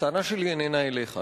הטענה שלי איננה אליך.